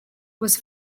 was